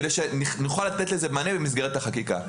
כדי שנוכל לתת לזה מענה במסגרת החקיקה.